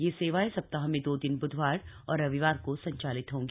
ये सेवाएं सप्ताह में दो दिन बुधवार और रविवार को संचालित होंगी